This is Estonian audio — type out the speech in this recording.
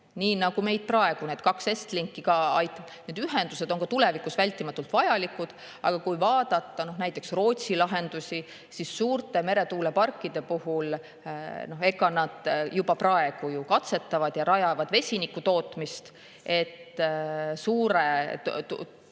Nii nagu meid praegu kaks Estlinki aitavad, on need ühendused ka tulevikus vältimatult vajalikud. Aga kui vaadata näiteks Rootsi lahendusi, siis suurte meretuuleparkide puhul nad juba praegu katsetavad ja rajavad vesinikutootmist, et suure